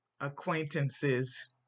acquaintances